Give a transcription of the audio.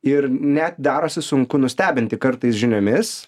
ir net darosi sunku nustebinti kartais žiniomis